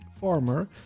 Farmer